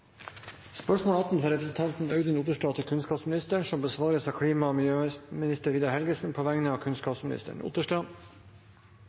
fra representanten Audun Otterstad, vil bli besvart av klima- og miljøministeren på vegne av